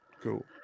Cool